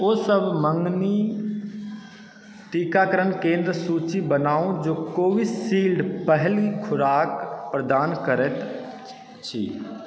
ओ सब मङ्गनी टीकाकरण केन्द्रके सूची बनाउ जे कोविशील्ड पहिल खुराक प्रदान करैत अछि